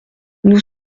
nous